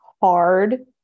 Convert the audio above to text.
hard